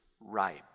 ripe